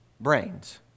brains